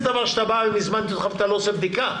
דבר שאתה בא אם הזמנתי אותך ואתה לא עושה בדיקה.